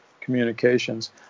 communications